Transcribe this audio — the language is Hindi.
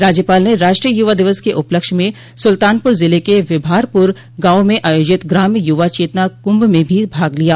राज्यपाल ने राष्ट्रीय युवा दिवस के उपलक्ष्य में सुल्तानपुर ज़िले के विभारपुर गांव में आयोजित ग्राम्य युवा चेतना कुंभ में भी भाग लिया